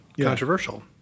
controversial